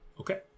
Okay